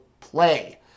play